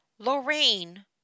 Lorraine